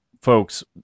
folks